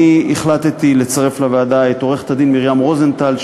אני החלטתי לצרף לוועדה את עורכת-הדין מרים רוזנטל,